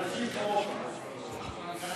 תודה לחבר הכנסת טיבי.